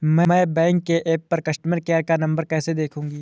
मैं बैंक के ऐप पर कस्टमर केयर का नंबर कैसे देखूंगी?